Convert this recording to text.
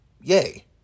yay